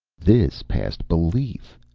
this passed belief.